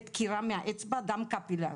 לדקירה מהאצבע, דם קפילרי,